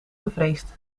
gevreesd